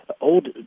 old